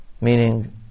meaning